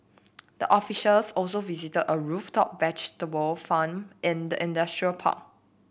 the officials also visited a rooftop vegetable farm in the industrial park